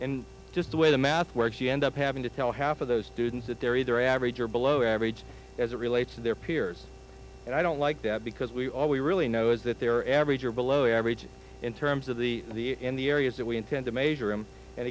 and just the way the math works you end up having to tell half of those students that they're either average or below average as it relates to their peers and i don't like that because we all we really know is that they're average or below average in terms of the in the areas that we intend to measure him and